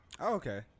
Okay